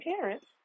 parents